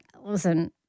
listen